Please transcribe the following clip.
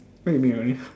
what you mean running